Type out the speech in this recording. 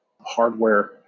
hardware